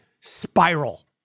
spiral